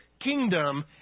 kingdom